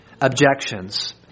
objections